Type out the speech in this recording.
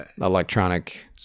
electronic